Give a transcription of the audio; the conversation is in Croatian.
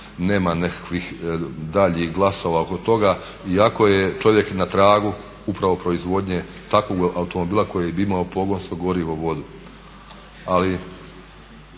nema nekakvih daljih glasova oko toga, iako je čovjek na tragu upravo proizvodnje takvog automobila koje bi imalo pogonsko gorivo vodu.